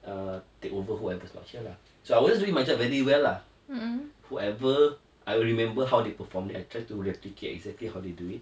uh take over whoever's not here lah so I was just doing my job very well lah whoever I'll remember how they perform then I try to replicate exactly how they do it